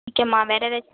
ஒகேம்மா வேறெதாச்